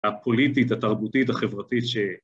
הפוליטית, התרבותית, החברתית ש...